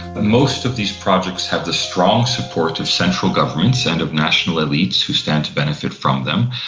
most of these projects have the strong support of central governments and of national elites who stands to benefit from them,